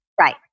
Right